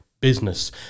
business